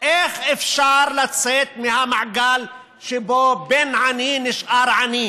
איך אפשר לצאת מהמעגל שבו בן עני נשאר עני